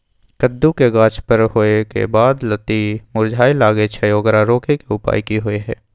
कद्दू के गाछ बर होय के बाद लत्ती मुरझाय लागे छै ओकरा रोके के उपाय कि होय है?